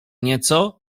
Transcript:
nieco